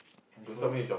handphone